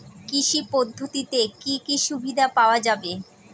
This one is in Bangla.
কৃষি পদ্ধতিতে কি কি সুবিধা পাওয়া যাবে?